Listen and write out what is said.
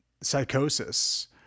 psychosis